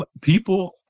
People